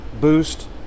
boost